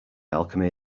alchemy